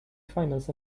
finals